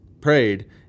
prayed